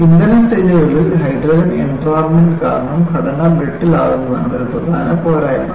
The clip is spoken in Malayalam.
ഇന്ധന സെല്ലുകളിൽ ഹൈഡ്രജൻ എൻട്രാപ്മെന്റ് കാരണം ഘടന ബ്രിട്ടിൽ ആകുന്നതാണ് ഒരു പ്രധാന പോരായ്മ